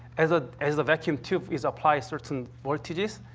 as ah as the vacuum tube is applied certain voltages,